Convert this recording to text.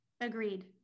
Agreed